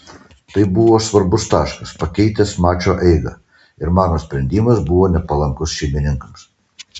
tai buvo svarbus taškas pakeitęs mačo eigą ir mano sprendimas buvo nepalankus šeimininkams